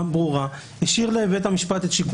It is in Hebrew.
בחוק רשום שבית המשפט רשאי למנות מנהל הסדר